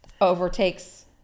overtakes